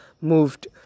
moved